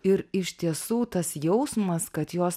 ir iš tiesų tas jausmas kad jos